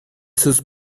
sus